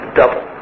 double